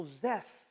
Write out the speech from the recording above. possess